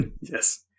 Yes